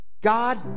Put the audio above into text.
God